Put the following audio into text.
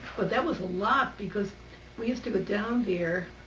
but that was a lot because we used to go down there